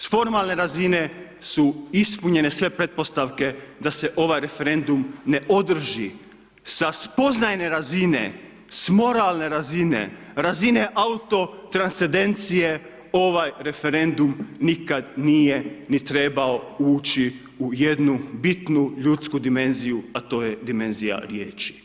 S formalne razine su ispunjenje sve pretpostavke da se ovaj referendum ne održi s spoznajne razine, s moralne razine, s razine autotranscendencije, ovaj referendum nikada nije ni trebao ući u jednu bitnu ljudsku dimenziju, a to je dimenzija riječi.